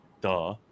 duh